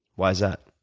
why is that?